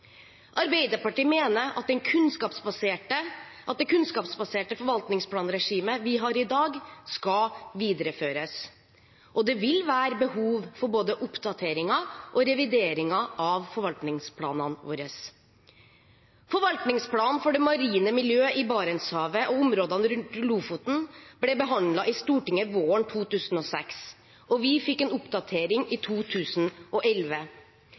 Arbeiderpartiet mener at det kunnskapsbaserte forvaltningsplanregimet vi har i dag, skal videreføres. Det vil være behov for både oppdateringer og revideringer av forvaltningsplanene våre. Forvaltningsplanen for det marine miljøet i Barentshavet og områdene rundt Lofoten ble behandlet i Stortinget våren 2006, og vi fikk en oppdatering i 2011.